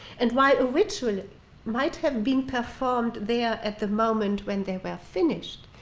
and while a ritual might have been performed there at the moment when they were finished,